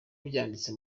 byanditse